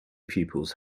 pupils